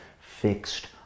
fixed